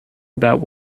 about